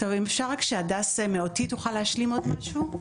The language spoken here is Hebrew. אפשר רק שהדס מ"אותי" תוכל להשלים עוד משהו?